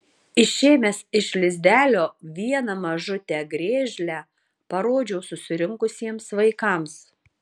išėmęs iš lizdelio vieną mažutę griežlę parodžiau susirinkusiems vaikams